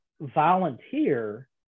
volunteer